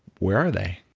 where are they?